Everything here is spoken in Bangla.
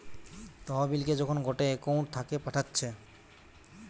তহবিলকে যখন গটে একউন্ট থাকে পাঠাচ্ছে